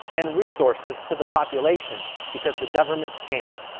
and resources to the population. because the government can't.